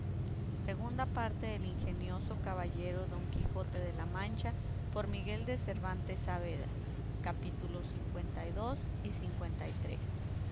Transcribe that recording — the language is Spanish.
segunda parte del ingenioso caballero don quijote de la mancha por miguel de cervantes saavedra y no hallo en